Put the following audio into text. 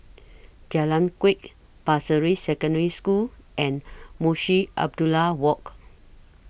Jalan Kuak Pasir Ris Secondary School and Munshi Abdullah Walk